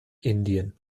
indien